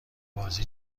بازی